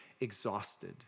exhausted